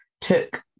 took